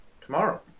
Tomorrow